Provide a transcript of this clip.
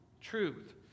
truth